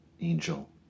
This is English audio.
Angel